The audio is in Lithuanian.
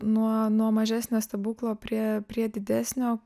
nuo nuo mažesnio stebuklo prie prie didesnio